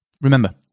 remember